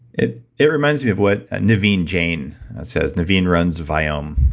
it it reminds me of what naveen jain said. naveen runs viome.